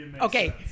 okay